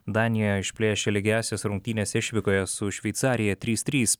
danijoje išplėšė lygiąsias rungtynės išvykoje su šveicarija trys trys